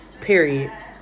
Period